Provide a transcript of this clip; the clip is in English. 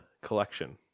collection